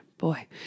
boy